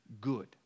good